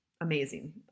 amazing